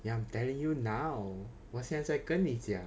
ya I'm telling you now 我现在在跟你讲